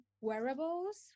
wearables